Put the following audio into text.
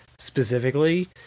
specifically